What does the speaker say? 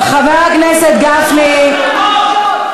חוק ומשפט לדיון ולהכנה לקריאה שנייה ושלישית.